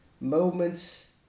moments